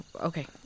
okay